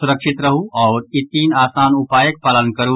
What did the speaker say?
सुरक्षित रहू आओर ई तीन आसान उपायक पालन करू